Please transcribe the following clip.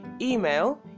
Email